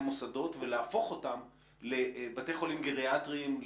מוסדות ולהפוך אותם לבתי חולים גריאטריים.